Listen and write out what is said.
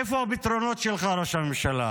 איפה הפתרונות שלך, ראש הממשלה?